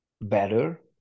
better